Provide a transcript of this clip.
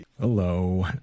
Hello